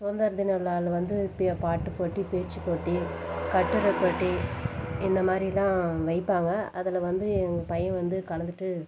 சுதந்திர தின விழாவில் வந்து பாட்டு போட்டி பேச்சு போட்டி கட்டுரை போட்டி இந்த மாதிரிலாம் வைப்பாங்க அதில் வந்து எங்கள் பையன் வந்து கலந்துகிட்டு